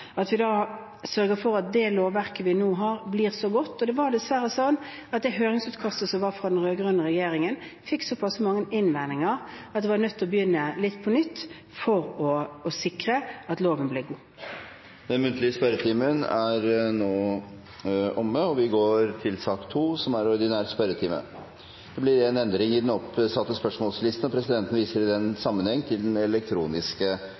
at vi sørger for at det lovverket vi har, blir godt. Og det var dessverre sånn at det kom så pass mange innvendinger til høringsutkastet fra den rød-grønne regjeringen at man var nødt til å begynne litt på nytt for å sikre at loven ble god. Den muntlige spørretimen er dermed omme. Det blir én endring i den oppsatte spørsmålslisten, og presidenten viser i den sammenheng til den elektroniske